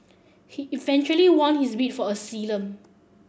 he eventually won his bid for asylum